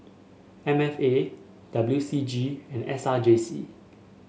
M F A W C G and S R J C